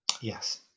Yes